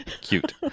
cute